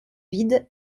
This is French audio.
vide